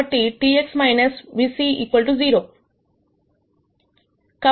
కాబట్టి TX v c 0